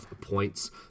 points